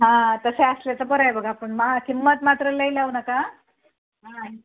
हां तसे असले तर बरं आहे बघा आपण मा किंमत मात्र लई लाऊ नका हां हां